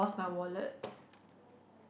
my wallet